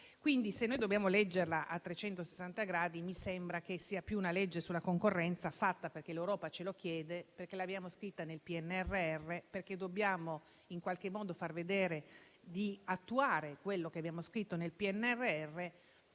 quindi dobbiamo leggerla a 360 gradi, mi sembra che sia più una legge sulla concorrenza fatta perché l'Europa ce lo chiede, perché l'abbiamo scritta nel PNRR e perché dobbiamo far vedere di attuare quello che abbiamo scritto, ma